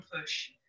push